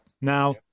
Now